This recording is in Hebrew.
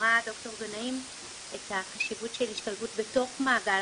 ואמרה ד"ר גנאים את החשיבות של השתלבות בתוך מעגל